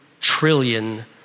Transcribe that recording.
trillion